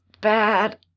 bad